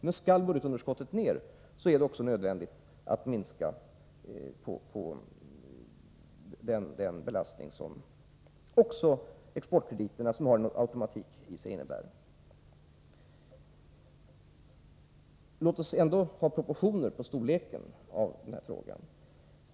Men skall budgetunderskottet ned är det också nödvändigt att minska på den belastning som automatiken i exportkrediterna innebär. Låt oss ändå ha proportioner i fråga om storleken på denna fråga.